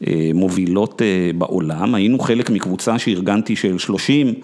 מובילות בעולם, היינו חלק מקבוצה שארגנתי של שלושים.